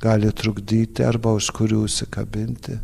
gali trukdyti arba už kurių užsikabinti